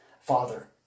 Father